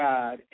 God